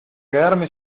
quedarme